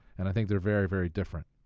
and i think they're very, very different.